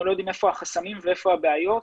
לא יודעים איפה החסמים ואיפה הבעיות.